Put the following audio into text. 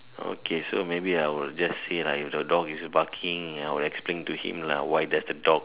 okay so maybe I will just lah say if the dog is barking I will explain to him lah why there's a dog